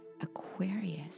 Aquarius